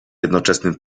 jednoczesnym